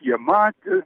jie matė